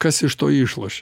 kas iš to išlošia